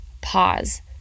pause